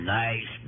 nice